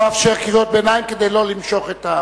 לא אאפשר קריאות ביניים כדי לא למשוך את,